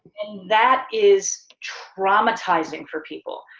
and that is traumatizing for people.